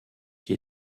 qui